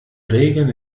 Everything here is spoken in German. regeln